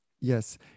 Yes